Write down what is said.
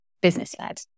business-led